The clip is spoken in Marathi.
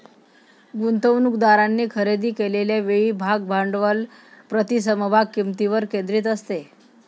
गुंतवणूकदारांनी खरेदी केलेल्या वेळी भाग भांडवल प्रति समभाग किंमतीवर केंद्रित असते